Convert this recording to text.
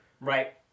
Right